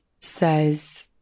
says